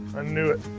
knew it.